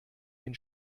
den